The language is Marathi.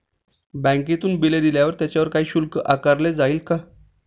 बँकेतून बिले दिल्यावर त्याच्यावर काही शुल्क आकारले जाईल का?